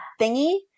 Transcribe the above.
thingy